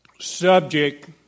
subject